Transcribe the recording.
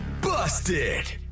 busted